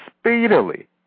speedily